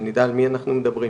שנדע על מי אנחנו מדברים.